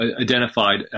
identified